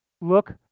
look